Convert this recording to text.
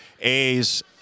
A's